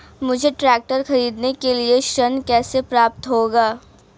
मुझे ट्रैक्टर खरीदने के लिए ऋण कैसे प्राप्त होगा?